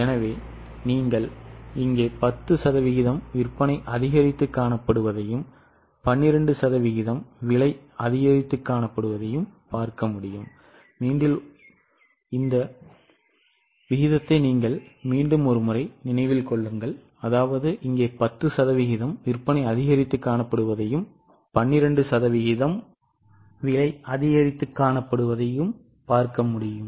எனவே நீங்கள் இங்கே 10 சதவீதம் விற்பனை அதிகரித்து காணப்படுவதையும் 12 சதவீதம் விலை அதிகரிப்பு காணப்படுவதையும் பார்க்க முடியும்